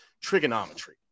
trigonometry